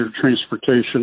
transportation